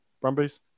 Brumbies